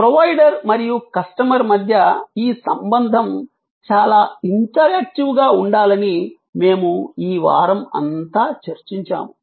provider మరియు customer మధ్య ఈ సంబంధం చాలా ఇంటరాక్టివ్గా ఉండాలని మేము ఈ వారం అంతా చర్చించాము